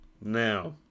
Now